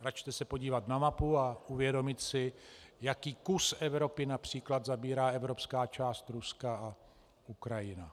Račte se podívat na mapu a uvědomit si, jaký kus Evropy například zabírá evropská část Ruska a Ukrajina.